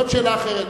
זו שאלה אחרת.